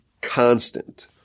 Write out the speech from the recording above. constant